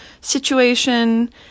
situation